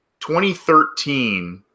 2013